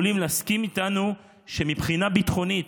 יכולים להסכים איתנו שמבחינה ביטחונית